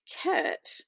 kit